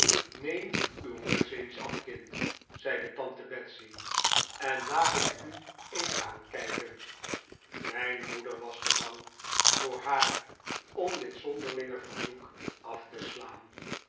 neem uw muts eens af kind zei tante betsey en laat ik u eens aankijken mijn moeder was te bang voor haar om dit zonderlinge verzoek af te slaan